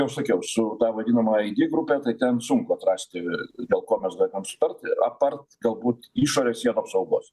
jau sakiau su ta vadinamaja gi grupe tai ten sunku atrasti dėl ko mes galėtumėm sutarti apart galbūt išorės sienų apsaugos